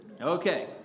Okay